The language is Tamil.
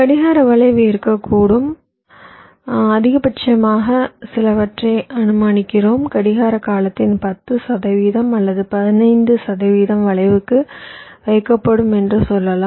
கடிகார வளைவு இருக்கட்டும் அதிகபட்சமாக சிலவற்றை அனுமானிக்கிறோம் கடிகார காலத்தின் 10 சதவிகிதம் அல்லது 15 சதவிகிதம் வளைவுக்கு வைக்கப்படும் என்று சொல்லலாம்